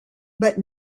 but